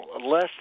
Less